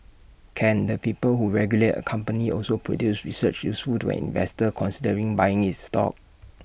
can the people who regulate A company also produce research useful to an investor considering buying its stock